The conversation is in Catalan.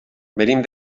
venim